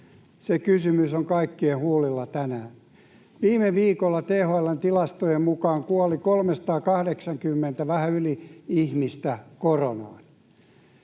Se kysymys on kaikkien huulilla tänään. Viime viikolla THL:n tilastojen mukaan kuoli vähän yli 380 ihmistä koronaan.